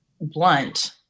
blunt